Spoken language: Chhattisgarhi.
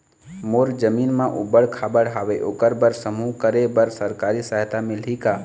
मोर जमीन म ऊबड़ खाबड़ हावे ओकर बर समूह करे बर सरकारी सहायता मिलही का?